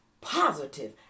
positive